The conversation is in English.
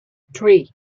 three